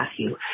Matthew